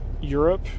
Europe